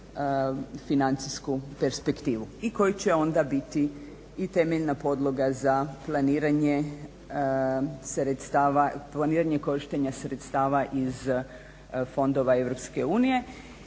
financijsku perspektivu i koji će onda biti i temeljna podloga za planiranje korištenja sredstava iz fondova EU